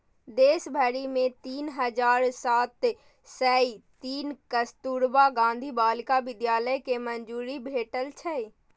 देश भरि मे तीन हजार सात सय तीन कस्तुरबा गांधी बालिका विद्यालय कें मंजूरी भेटल छै